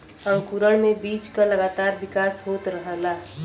अंकुरण में बीज क लगातार विकास होत रहला